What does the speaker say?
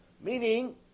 Meaning